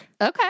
Okay